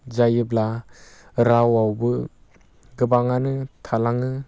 जायोब्ला रावआवबो गोबाङानो थालाङो